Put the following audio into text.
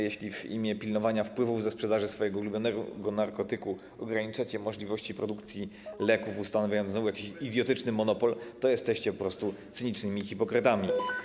Jeśli w imię pilnowania wpływów ze sprzedaży swojego ulubionego narkotyku ograniczacie możliwości produkcji leków, ustanawiając znowu jakiś idiotyczny monopol, to jesteście po prostu cynicznymi hipokrytami.